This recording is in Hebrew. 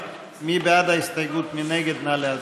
חברי הכנסת, בעד 32, נגד, 39, אפס נמנעים.